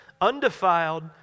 undefiled